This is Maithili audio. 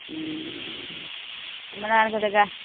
हमरा आरके तऽ गा